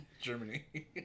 Germany